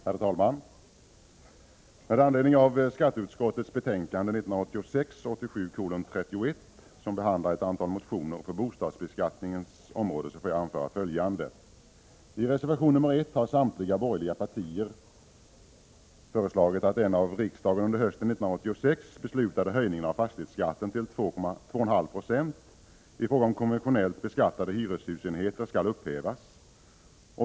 Herr talman! Med anledning av skatteutskottets betänkande 1986/87:31, där ett antal motioner på bostadsbeskattningens område behandlas, får jag anföra följande. I reservation nr 1 har samtliga borgerliga partier föreslagit att den av riksdagen under hösten 1986 beslutade höjningen av fastighetsskatten till 2,5 Jo i fråga om konventionellt beskattade hyreshusenheter skall upphävas.